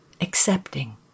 accepting